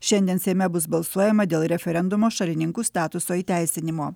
šiandien seime bus balsuojama dėl referendumo šalininkų statuso įteisinimo